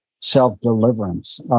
self-deliverance